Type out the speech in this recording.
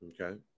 Okay